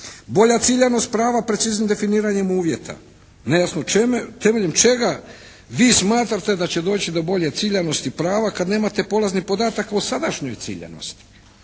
Bolja ciljanost prava preciznijim definiranjem uvjeta. Nejasno temeljem čega vi smatrate da će doći do bolje ciljanosti prava kad nemate polazni podatak o sadašnjoj ciljanosti